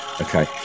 Okay